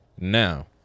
Now